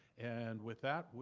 and with that,